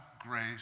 grace